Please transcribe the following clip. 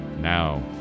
Now